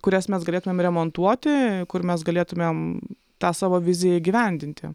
kurias mes galėtumėm remontuoti kur mes galėtumėm tą savo viziją įgyvendinti